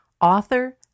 author